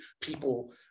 people